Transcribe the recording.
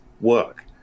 work